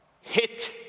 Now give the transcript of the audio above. hit